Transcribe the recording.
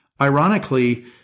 ironically